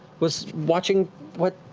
was watching what